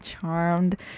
charmed